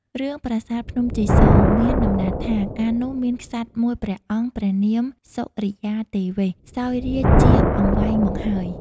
រឿង ប្រាសាទភ្នំជីសូរមានដំណាលថា កាលនោះ មានក្សត្រមួយព្រះអង្គ ព្រះនាមសុរិយាទេវេស សោយរាជ្យជាអង្វែងមកហើយ ។